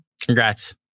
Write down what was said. Congrats